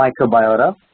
microbiota